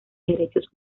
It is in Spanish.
derechos